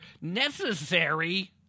Necessary